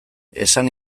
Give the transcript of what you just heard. esan